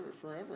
forever